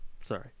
sorry